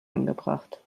angebracht